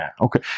okay